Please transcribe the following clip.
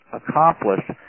accomplished